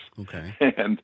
Okay